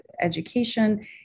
education